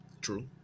True